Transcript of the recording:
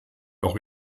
auch